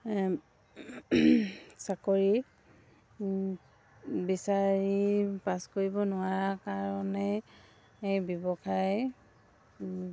চাকৰি বিচাৰি পাছ কৰিব নোৱাৰাৰ কাৰণে এই ব্যৱসায়